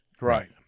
Right